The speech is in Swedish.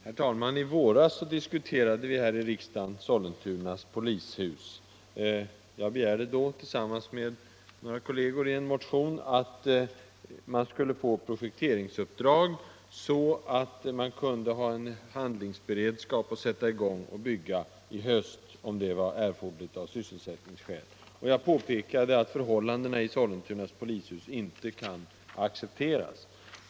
Herr talman! I våras diskuterade vi här i riksdagen Sollentunas polishus. Jag hade tillsammans med några andra ledamöter i en motion begärt att Solna kommun skulle få projekteringsuppdrag så att man kunde ha en handlingsberedskap och sätta i gång och bygga i höst, om det bleve 29 erforderligt av sysselsättningsskäl. Jag påpekade att förhållandena i Sollentuna polishus inte kan accepteras.